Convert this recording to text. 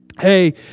Hey